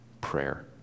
prayer